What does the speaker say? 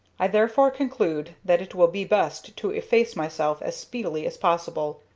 i therefore conclude that it will be best to efface myself as speedily as possible.